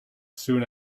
soon